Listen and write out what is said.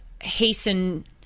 hasten